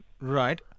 Right